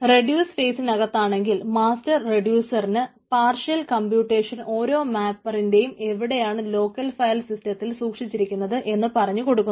reduce ഫെയ്സിനകത്താണെങ്കിൽ master റെഡ്യൂസറിന് partial computation ഓരോ മാപ്പറിന്റേയും എവിടെയാണ് ലോക്കൽ ഫയൽ സിസ്റ്റത്തിൽ സൂക്ഷിച്ചിരിക്കുന്നത് എന്ന് പറഞ്ഞു കൊടുക്കുന്നു